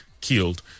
killed